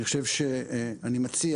אני מציע,